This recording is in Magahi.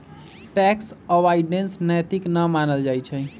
टैक्स अवॉइडेंस नैतिक न मानल जाइ छइ